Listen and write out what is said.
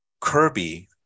Kirby